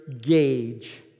gauge